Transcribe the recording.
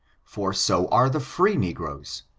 for so are the free negroes.